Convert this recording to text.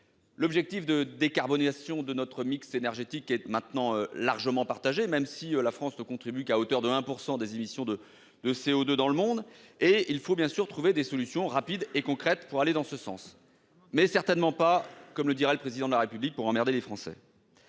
L'objectif de décarbonation de notre mix énergétique est maintenant largement admis, même si la France ne représente que 1 % des émissions de CO2 dans le monde. Il faut bien sûr trouver des solutions rapides et concrètes pour aller dans ce sens, mais certainement pas, comme le dirait le Président de la République, pour « emmerder les Français